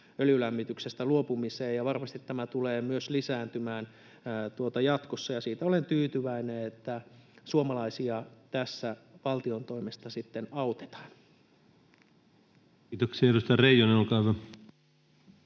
öljylämmityksestä luopumista, ja varmasti tämä tulee myös lisääntymään jatkossa. Siihen olen tyytyväinen, että suomalaisia tässä valtion toimesta sitten autetaan. Kiitoksia. — Edustaja Reijonen, olkaa hyvä.